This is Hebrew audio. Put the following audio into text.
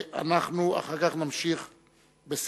אנחנו אחר כך נמשיך בסדר-היום.